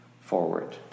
forward